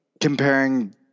comparing